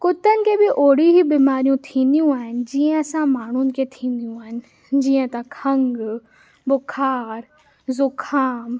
कुतनि खे बि ओड़ियूं ई बीमारियूं थींदियूं आहिनि जीअं असां माण्हुनि खे थींदियूं आहिनि जीअं त खंॻु बुख़ारु ज़ुखाम